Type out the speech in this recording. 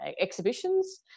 exhibitions